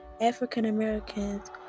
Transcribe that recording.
African-Americans